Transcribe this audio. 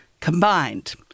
combined